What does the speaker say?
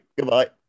Goodbye